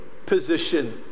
position